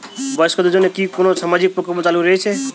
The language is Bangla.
বয়স্কদের জন্য কি কোন সামাজিক প্রকল্প চালু রয়েছে?